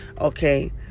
Okay